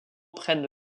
prennent